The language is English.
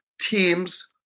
teams